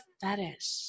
fetish